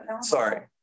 Sorry